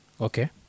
Okay